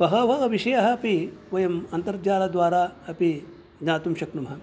बहवः विषयः अपि वयम् अन्तर्जालद्वारा अपि ज्ञातुं शक्नुमः